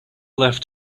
left